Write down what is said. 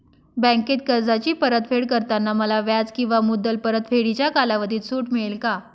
बँकेत कर्जाची परतफेड करताना मला व्याज किंवा मुद्दल परतफेडीच्या कालावधीत सूट मिळेल का?